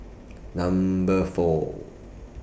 Number four